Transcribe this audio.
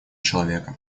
человека